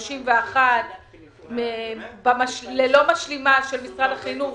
31%. ללא משלימה של משרד החינוך,